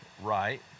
right